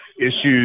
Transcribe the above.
issues